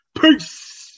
Peace